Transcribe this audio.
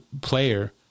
player